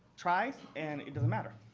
tries. and it doesn't matter.